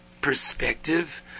perspective